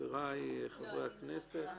לחבריי חברי הכנסת